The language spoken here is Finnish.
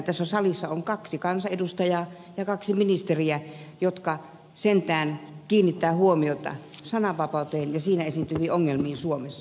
tässä salissa on kaksi kansanedustajaa ja kaksi ministeriä jotka sentään kiinnittävät huomiota sananvapauteen ja siinä esiintyviin ongelmiin suomessa